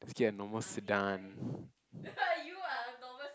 let's get a normal sedan